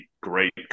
great